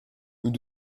nous